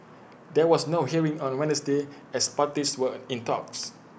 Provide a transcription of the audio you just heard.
there was no hearing on A Wednesday as parties were in talks